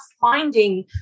finding